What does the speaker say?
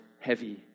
heavy